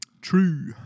true